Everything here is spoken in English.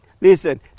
Listen